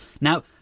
Now